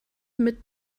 mit